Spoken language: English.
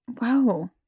Wow